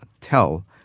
tell